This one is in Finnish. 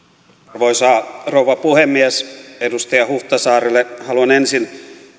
arvoisa rouva puhemies edustaja huhtasaarelle haluan ensin